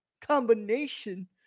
combination